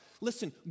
Listen